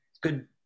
good